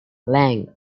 liang